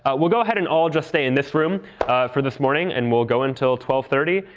we'll go ahead and all just stay in this room for this morning. and we'll go until twelve thirty,